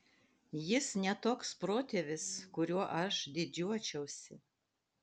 jis ne toks protėvis kuriuo aš didžiuočiausi